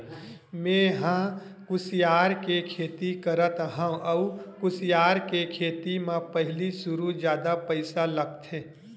मेंहा ह कुसियार के खेती करत हँव अउ कुसियार के खेती म पहिली सुरु जादा पइसा लगथे